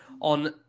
on